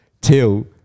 till